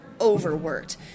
overworked